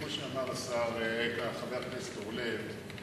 כמו שאמר חבר הכנסת אורלב,